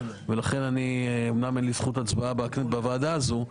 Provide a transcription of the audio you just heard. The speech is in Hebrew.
לכן אני אמנם אין לי זכות הצבעה בוועדה הזו.